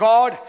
God